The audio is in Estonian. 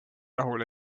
rahul